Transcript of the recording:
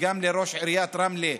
וגם לראש עיריית רמלה,